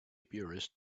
apiarist